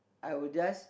I would just